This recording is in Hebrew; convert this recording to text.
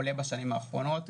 עולה בשני האחרונות,